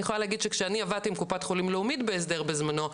אני יכולה להגיד שכשאני עבדתי עם קופת חולים לאומית בהסדר בזמנו,